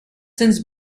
since